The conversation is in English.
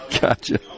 Gotcha